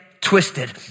twisted